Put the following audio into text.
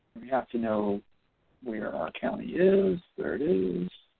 we have to know where our county is there it is